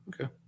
Okay